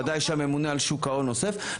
ודאי שהממונה על שוק ההון אוסף,